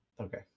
okay